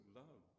love